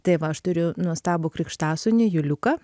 tai va aš turiu nuostabų krikštasūnį juliuką